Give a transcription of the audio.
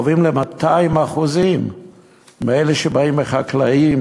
בין אלה שבאים מחקלאים